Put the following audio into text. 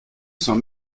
sans